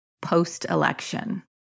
post-election